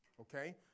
okay